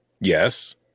Yes